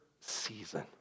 season